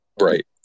Right